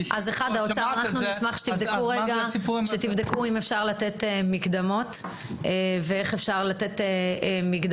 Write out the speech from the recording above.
אנחנו נשמח שתבדקו אם אפשר לתת מקדמות ואיך אפשר לתת אותן.